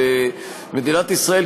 ומדינת ישראל,